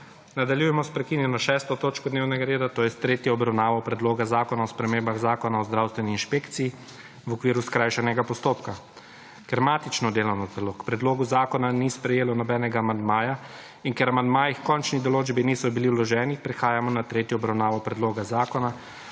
Nadaljujemo s **prekinjeno 6. točko dnevnega reda, to je s tretjo obravnavo Predloga zakona o spremembah Zakona o zdravstveni inšpekciji v okviru skrajšanega postopka.** Ker matično delovno telo k predlogu zakona ni sprejelo nobenega amandmaja in ker amandmaji h končni odločbi niso bili vloženi prehajamo na tretjo obravnavo zakona